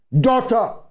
daughter